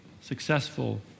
successful